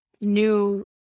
new